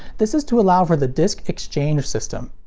this is to allow for the disc ex-change system.